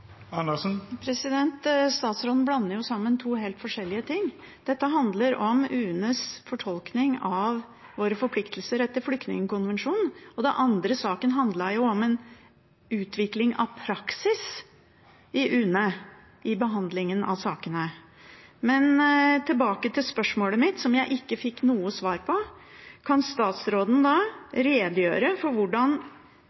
Statsråden blander sammen to helt forskjellige ting. Dette handler om UNEs fortolkning av våre forpliktelser etter flyktningkonvensjonen, og den andre saken handlet jo om en utvikling av praksis i UNE ved behandlingen av sakene. Men tilbake til spørsmålet mitt, som jeg ikke fikk noe svar på: Kan statsråden